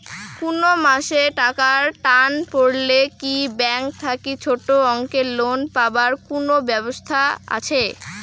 কুনো মাসে টাকার টান পড়লে কি ব্যাংক থাকি ছোটো অঙ্কের লোন পাবার কুনো ব্যাবস্থা আছে?